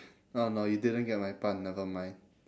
ah no you didn't get my pun never mind